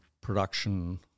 production